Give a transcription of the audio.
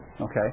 Okay